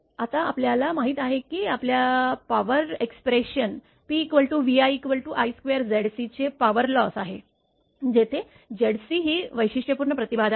आता आपल्याला माहित आहे की आपल्या पॉवर एक्सप्रेशन pvi i2Zc चे पॉवर लॉस आहे जिथे Zc ही वैशिष्ट्यपूर्ण प्रतिबाधा आहे